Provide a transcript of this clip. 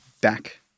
back